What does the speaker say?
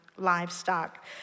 Livestock